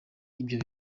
ibyo